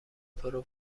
پرو